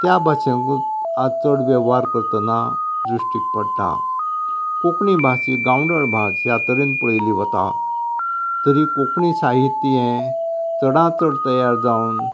त्या भाशेंकूच आयज चड वेव्हार करतना दृश्टीक पडटा कोंकणी भास ही गावंडळ भास ह्या तरेन पळयल्ली वता तरीय कोंकणी साहित्य हे चडांत चड तयार जावन